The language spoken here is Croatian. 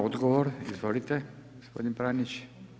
Odgovor, izvolite gospodin Pranić.